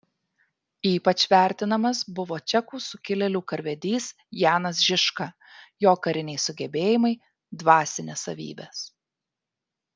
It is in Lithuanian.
ypač vertinamas buvo čekų sukilėlių karvedys janas žižka jo kariniai sugebėjimai dvasinės savybės